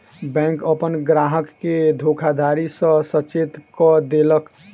bank अपन ग्राहक के धोखाधड़ी सॅ सचेत कअ देलक